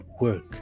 work